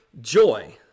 joy